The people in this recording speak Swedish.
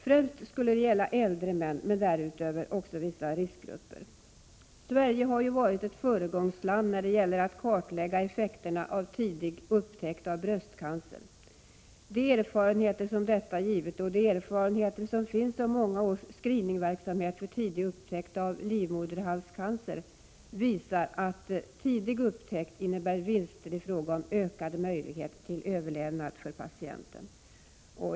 Det skulle främst gälla äldre män, men också vissa riskgrupper. Sverige har ju varit ett föregångsland när det gäller att kartlägga effekterna av tidig upptäckt av bröstcancer. Dessa erfarenheter tillsammans med erfarenheterna från många års screeningverksamhet vid tidig upptäckt av livmoderhalscancer visar att en tidig upptäckt innebär vinster i fråga om ökad möjlighet till överlevnad för patienten.